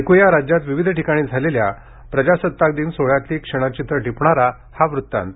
एकूया राज्यात विविध ठिकाणी झालेल्या प्रजासताकदिन सोहळ्यातली क्षणचित्र टिपणारा हा वृतांत